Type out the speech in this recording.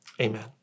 Amen